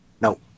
No